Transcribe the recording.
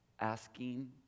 asking